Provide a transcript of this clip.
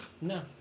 No